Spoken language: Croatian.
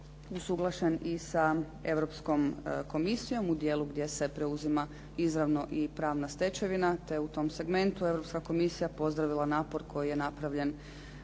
usuglašen i sa Europskom Komisijom u dijelu gdje se preuzima izravno i pravna stečevina, te u tom segmentu Europska Komisija pozdravila napor koji je napravljen